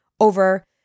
over